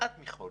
כמעט מכל